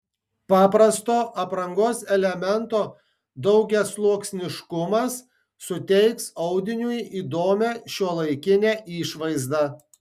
paprasto aprangos elemento daugiasluoksniškumas suteiks audiniui įdomią šiuolaikinę išvaizdą